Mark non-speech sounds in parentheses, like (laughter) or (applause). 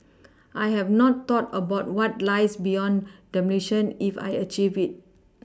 (noise) I have not thought about what lies beyond demolition if I achieve it (noise)